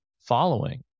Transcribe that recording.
following